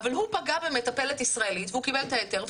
אבל הוא פגע במטפלת ישראלית והוא קיבל את ההיתר.